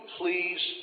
please